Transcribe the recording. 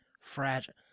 fragile